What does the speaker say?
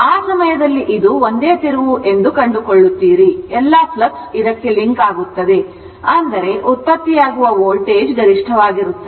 ಆ ಸಮಯದಲ್ಲಿ ಇದು ಒಂದೇ ತಿರುವು ಎಂದು ಕಂಡುಕೊಳ್ಳುತ್ತೀರಿ ಎಲ್ಲಾ ಫ್ಲಕ್ಸ್ ಇದಕ್ಕೆ ಲಿಂಕ್ ಆಗುತ್ತದೆ ಅಂದರೆ ಉತ್ಪತ್ತಿಯಾಗುವ ವೋಲ್ಟೇಜ್ ಗರಿಷ್ಠವಾಗಿರುತ್ತದೆ